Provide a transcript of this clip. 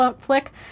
flick